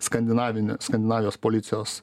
skandinavini skandinavijos policijos